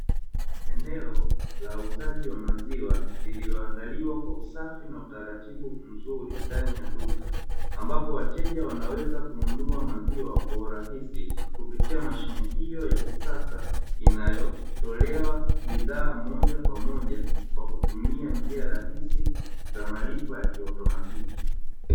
Eneo la uuzaji wa maziwa lililoandaliwa kwa usafi na utaratibu mzuri ndani ya duka. Ambapo wateja wanaweza kununua maziwa kwa urahisi kupitia mashine hiyo ya kisasa inayotolewa bidhaa moja kwa moja kwa kutumia njia rahasi za malipo ya kiotomatiki.